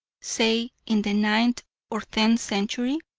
say in the ninth or tenth century,